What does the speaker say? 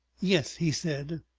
yes, he said,